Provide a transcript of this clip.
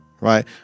right